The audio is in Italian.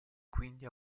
quindi